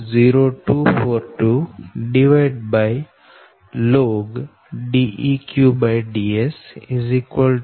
0242log Deq Ds0